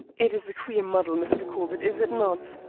it is a queer muddle, mr. corbett, is it not?